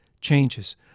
changes